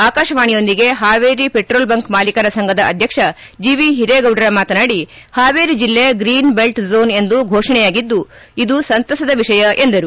ಆಕಾಶವಾಣಿಯೊಂದಿಗೆ Haveri petrol bunk ಮಾಲೀಕರ ಸಂಘದ ಅಧ್ಯಕ್ಷ ಜಿವಿ ಹಿರೇಗೌಡ್ರ ಮಾತನಾಡಿ ಹಾವೇರಿ ಜಿಲ್ಲೆ ಗ್ರೀನ್ ಬೆಲ್ಟ್ ಜೂನ್ ಎಂದು ಫೋಷಣೆಯಾಗಿದ್ದು ಇದು ಸಂತಸದ ವಿಷಯ ಎಂದರು